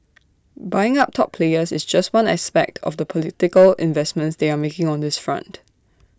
buying up top players is just one aspect of the political investments they are making on this front